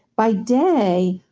by day,